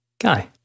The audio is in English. Guy